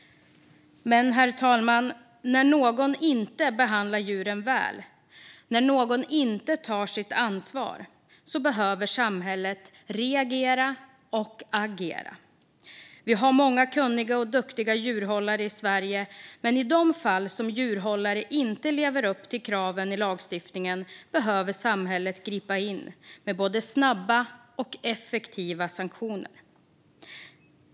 Men, herr talman, när någon inte behandlar djuren väl - när någon inte tar sitt ansvar - behöver samhället reagera och agera. Vi har många kunniga och duktiga djurhållare i Sverige, men i de fall då djurhållare inte lever upp till kraven i lagstiftningen behöver samhället gripa in med både snabba och effektiva sanktioner.